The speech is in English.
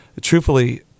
truthfully